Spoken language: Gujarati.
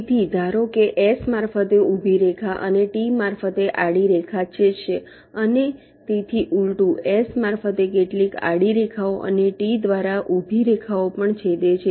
તેથી ધારો કે S મારફતે ઊભી રેખા અને T મારફતે આડી રેખા છેદશે અને તેથી ઊલટું S મારફતે કેટલીક આડી રેખાઓ અને T દ્વારા ઊભી રેખાઓ પણ છેદે છે